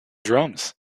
drums